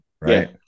Right